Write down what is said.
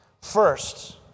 First